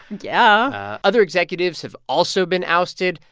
yeah other executives have also been ousted.